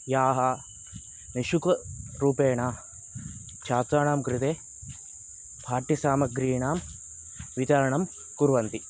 याः निःशुल्करूपेण छात्राणां कृते पाठ्यसामग्रीणां वितरणं कुर्वन्ति